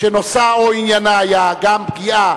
שבנושאה או עניינה היה גם פגיעה